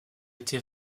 été